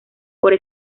por